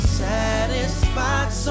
satisfied